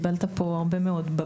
קיבלת פה הרבה מאוד במה.